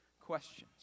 questions